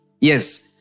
Yes